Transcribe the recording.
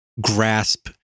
grasp